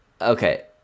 Okay